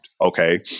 Okay